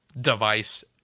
device